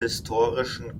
historischen